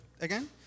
again